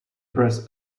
press